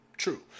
True